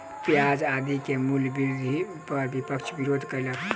प्याज आदि के मूल्य वृद्धि पर विपक्ष विरोध कयलक